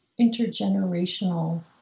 intergenerational